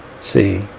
see